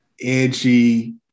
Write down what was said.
edgy